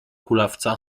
kulawca